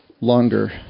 longer